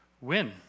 win